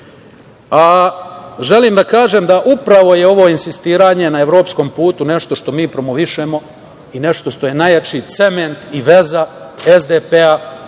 izbor. Želim da kažem da je upravo ovo insistiranje na evropskom putu nešto što mi promovišemo i nešto što je najjači cement i veza SDPS,